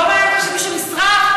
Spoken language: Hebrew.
לא מעניין אותו שמישהו נשרף?